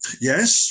yes